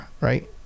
right